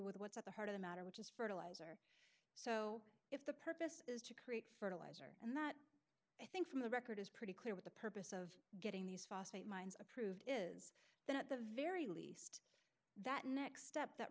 with what's at the heart of the matter which is fertilizer so if the purpose is to create fertilizer and that i think from the record is pretty clear what the purpose of getting these phosphate mines approved is that at the very least that next step that